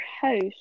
house